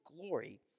glory